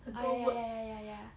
ah ya ya ya ya ya ya